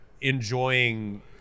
enjoying